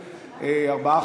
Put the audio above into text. מס' 183,